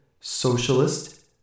socialist